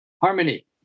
harmony